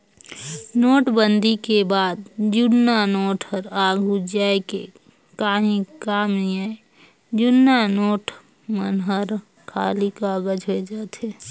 नोटबंदी के बाद जुन्ना नोट हर आघु जाए के काहीं काम नी आए जुनहा नोट मन हर खाली कागज होए जाथे